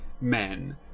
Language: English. men